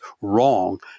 wrong